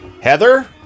Heather